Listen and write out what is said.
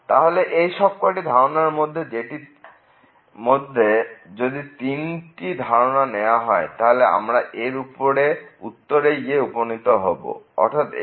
তাহলে এই সব কটি ধারণার মধ্যে যদি তিনটি ধারণা নেওয়া হয় তাহলে আমরা এর উত্তরে গিয়ে উপনীত হব অর্থাৎ fc0